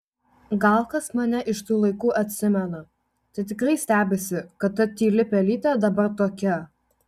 gal kas mane iš tų laikų atsimena tai tikrai stebisi kad ta tyli pelytė dabar tokia